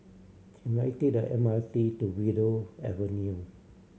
can I take the M R T to Willow Avenue